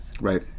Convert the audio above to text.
Right